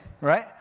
right